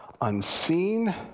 unseen